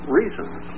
reasons